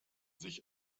sich